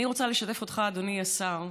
אני רוצה לשתף אותך, אדוני השר,